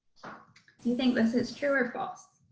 do you think this is true or false?